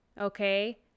Okay